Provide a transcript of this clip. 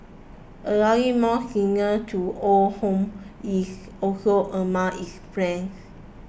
allowing more singles to own homes is also among its plans